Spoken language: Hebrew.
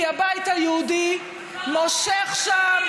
כי הבית היהודי מושך שם,